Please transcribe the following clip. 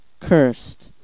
Cursed